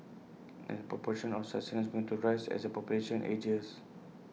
and the proportion of such seniors going to rise as the population ages